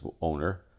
owner